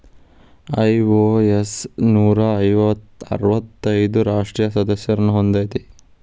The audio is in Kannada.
ಐ.ಒ.ಎಸ್ ನೂರಾ ಅರ್ವತ್ತೈದು ರಾಷ್ಟ್ರೇಯ ಸದಸ್ಯರನ್ನ ಹೊಂದೇದ